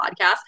podcast